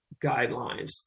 guidelines